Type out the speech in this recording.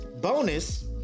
bonus